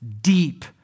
deep